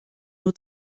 nur